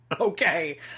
Okay